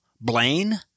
Blaine—